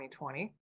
2020